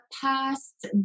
past